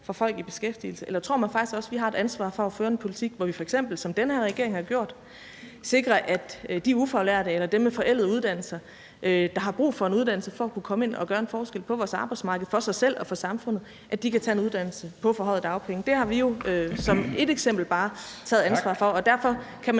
får folk i beskæftigelse, eller tror man faktisk også, at vi har et ansvar for at føre en politik, hvor vi f.eks., som den her regering har gjort, sikrer, at de ufaglærte eller dem med forældede uddannelser, der har brug for en uddannelse for at kunne komme ind og gøre en forskel på vores arbejdsmarked, for sig selv og for samfundet, kan tage en uddannelse på forhøjede dagpenge? Det har vi jo taget ansvar for, bare som ét eksempel, og derfor kan man